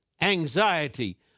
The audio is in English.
anxiety